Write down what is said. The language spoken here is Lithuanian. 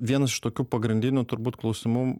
vienas iš tokių pagrindinių turbūt klausimų